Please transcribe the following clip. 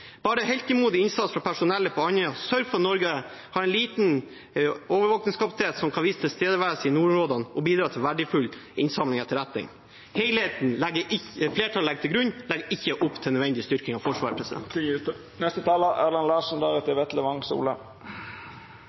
Bare heltemodig innsats fra personellet på Andøya sørger for at Norge har en liten overvåkingskapasitet som kan vise tilstedeværelse i nordområdene og bidra til verdifull innsamling av etterretning. Helheten som flertallet legger til grunn, legger ikke opp til en nødvendig styrking av Forsvaret.